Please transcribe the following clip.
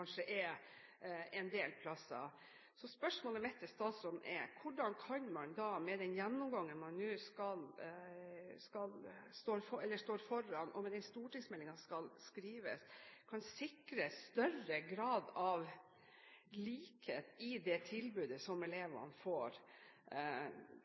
er en del steder. Spørsmålet mitt til statsråden er: Hvordan kan man da, med den gjennomgangen man nå står foran, og med den stortingsmeldingen som skal skrives, sikre større grad av likhet i det tilbudet som